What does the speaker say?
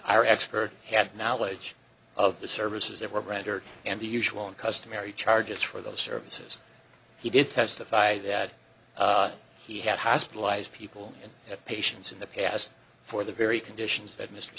our expert had knowledge of the services that were rendered and the usual and customary charges for the services he did testify that he had hospitalized people at patients in the past for the very conditions that mr